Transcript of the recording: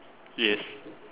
yes